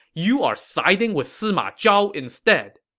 you are siding with sima zhao instead!